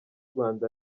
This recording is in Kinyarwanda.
rwanda